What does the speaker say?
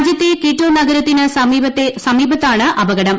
രാജ്യത്തെ കിറ്റോ നഗരത്തിന് സമീപത്താണ് അപകടം